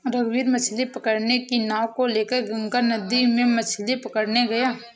रघुवीर मछ्ली पकड़ने की नाव को लेकर गंगा नदी में मछ्ली पकड़ने गया